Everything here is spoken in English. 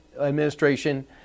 administration